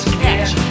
catch